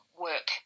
work